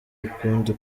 ukundi